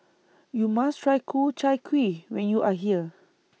YOU must Try Ku Chai Kuih when YOU Are here